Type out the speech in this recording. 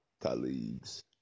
colleagues